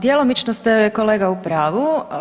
Djelomično ste kolega u pravu.